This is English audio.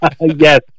Yes